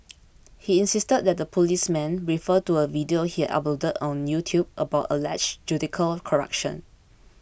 he insisted that the policemen refer to a video he had uploaded on YouTube about alleged judicial corruption